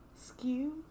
Skew